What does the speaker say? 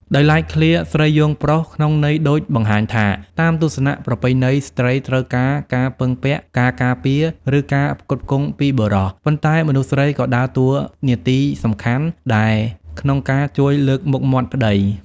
ដោយឡែក ឃ្លា ស្រីយោងប្រុស ក្នុងន័យដូចបង្ហាញថា តាមទស្សនៈប្រពៃណី ស្ត្រីត្រូវការការពឹងពាក់ ការការពារ និងការផ្គត់ផ្គង់ពីបុរស ប៉ុន្តែមនុស្សស្រីក៏ដើរតួនាទីសំខាន់ដែរក្នុងការជួយលើកមុខមាត់ប្ដី។